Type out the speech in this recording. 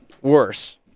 worse